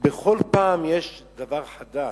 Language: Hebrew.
בכל פעם יש דבר חדש.